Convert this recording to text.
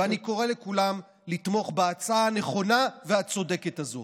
ואני קורא לכולם לתמוך בהצעה הנכונה והצודקת הזאת.